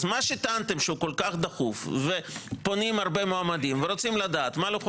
אז מה שטענתם שכל כך דחוף ופונים הרבה מועמדים ורוצים לדעת מה לוחות